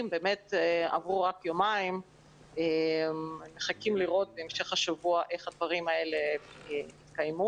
עברו רק יומיים ומחכים לראות בהמשך השבוע איך הדברים האלה מתקיימים.